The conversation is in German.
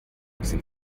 sind